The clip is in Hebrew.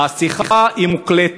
השיחה מוקלטת.